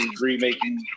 remaking